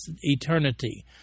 eternity